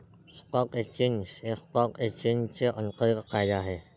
stock exchange हे stock एक्सचेंजचे अंतर्गत कार्य आहे